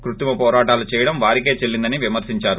కృత్రిమ పోరాటాలు చేయడం వారికే చెల్లిందని విమర్పించారు